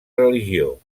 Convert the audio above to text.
religió